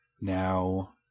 Now